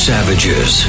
Savages